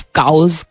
cows